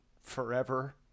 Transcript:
forever